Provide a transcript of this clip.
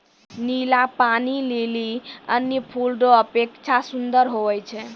नीला पानी लीली अन्य फूल रो अपेक्षा सुन्दर हुवै छै